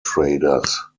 traders